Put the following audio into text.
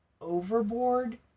overboard